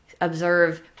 observe